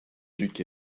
ducs